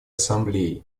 ассамблеей